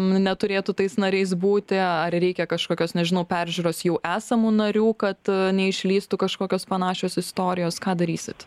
neturėtų tais nariais būti ar reikia kažkokios nežinau peržiūros jau esamų narių kad neišlįstų kažkokios panašios istorijos ką darysit